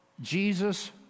Jesus